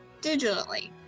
digitally